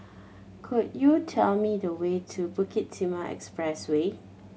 could you tell me the way to Bukit Timah Expressway